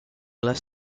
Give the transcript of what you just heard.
less